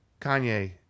Kanye